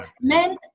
men